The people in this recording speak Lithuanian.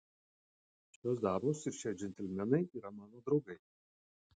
šios damos ir šie džentelmenai yra mano draugai